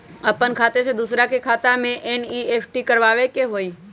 अपन खाते से दूसरा के खाता में एन.ई.एफ.टी करवावे के हई?